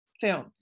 film